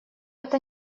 это